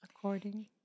According